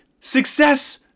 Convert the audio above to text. success